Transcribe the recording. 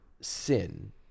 sin